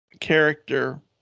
character